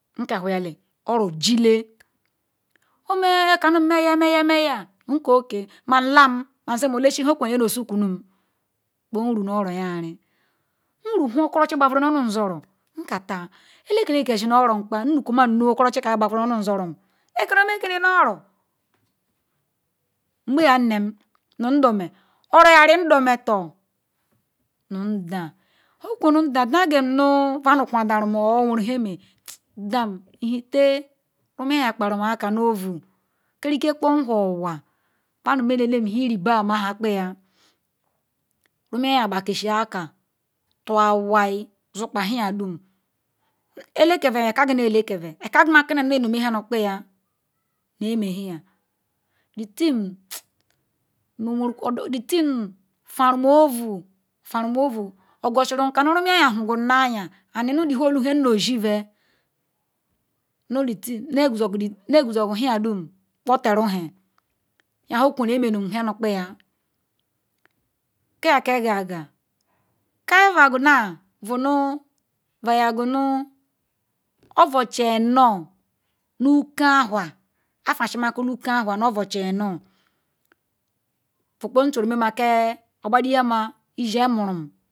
Oro jile omeya vekanu meyiaya meya meya nke ok malam yelesi nhe kubenu osukwunu kpo nru-oro-yari nru hukpo okoro ochi mgbaveru nu-onuzo ro-orom, nka taa elekele kesi nu-oro kpa nnukwumanu okoro-ochika nha qbaku nu-ohu-zoro-orom wakane. Kini no-oro, ngbaya nnim ndoma oroyari ndometer nu nda, nhekunru-nda, nduukem nu vadu kwadaru or nu oweru nheme ndam nu Ihetee nu nhekam kparumaka nu ovu kerike kpo nuhor onwa madu menelem nheiribama nha kpeya, Rumuya gbakisi-aka tu-awai sukpa nheya dum elekeve bekagene elekeve, bekagemakana nube neme nhe nu kpeyav hemenheyam, the thing veru ovu veru ovu ogosiru kanu nu Rumuyayam hugu na-anya and nu the whole nhe nnoshiavevno the thing neguzogwu neguzogwu nhia dum kpotaru nhe yahekunru emenu nhe nu kpeya kia ke gaga. Kiavegunoun vunu veyaku nu ovoehi-eno nu uge-anhua avesimakala uge-anhua nu-obu-chi-eno vekpo nchoruomema kpei ogbadiama Isiemurum.